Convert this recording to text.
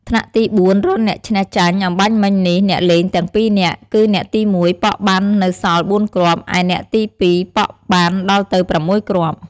ថ្នាក់ទី៤ រកឈ្នះចាញ់ អម្បាញ់មិញនេះអ្នកលេងទាំងពីរនាក់ គឺអ្នកទី១ ប៉ក់បាននៅសល់ ៤ គ្រាប់ ឯអ្នកទី២ ប៉ក់បានដល់ទៅ ៦ គ្រាប់។